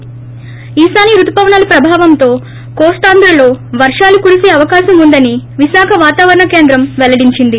ి ఈశాన్య రుతుపవనాలు ప్రభావంతో కోస్తాంధ్రలో వర్షాలు కురిసే అవకాశం ఉందని విశాఖ వాతావరణ కేంద్రం పెల్లడించింది